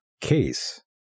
case